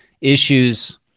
issues